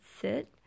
sit